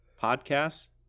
podcasts